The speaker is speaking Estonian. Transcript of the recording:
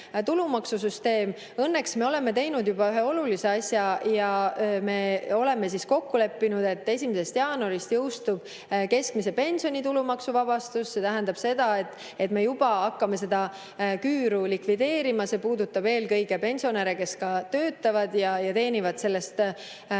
Õnneks me oleme teinud juba ühe olulise asja ja oleme kokku leppinud, et 1. jaanuarist jõustub keskmise pensioni tulumaksuvabastus. See tähendab seda, et me juba hakkame seda küüru likvideerima. See puudutab eelkõige pensionäre, kes ka töötavad ja teenivad pensionist